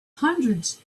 hundreds